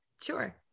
Sure